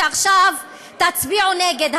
שעכשיו תצביעו נגד,